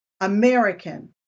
American